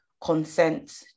consent